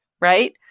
right